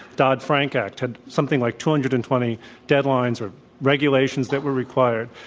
dodd frank act had something like two hundred and twenty deadlines or regulations that were required.